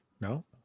No